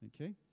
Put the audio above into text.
okay